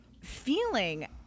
feeling